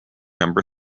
number